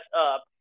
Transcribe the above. up